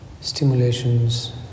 stimulations